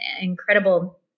incredible